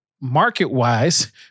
market-wise